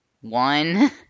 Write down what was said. One